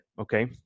Okay